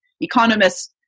Economists